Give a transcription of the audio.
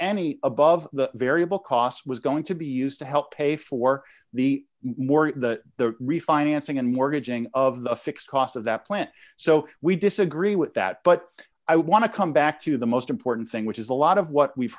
any above the variable cost was going to be used to help pay for the more the refinancing and mortgaging of the fixed costs of that plant so we disagree with that but i want to come back to the most important thing which is a lot of what we've